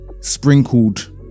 sprinkled